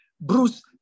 Bruce